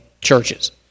churches